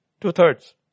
Two-thirds